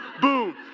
boom